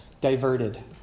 diverted